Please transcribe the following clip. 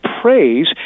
praise